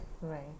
right